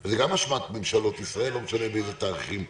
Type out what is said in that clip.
זה גם באשמת ממשלות ישראל, לא משנה באיזה זמנים.